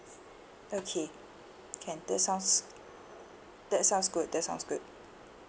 okay can that sounds that sounds good that sounds good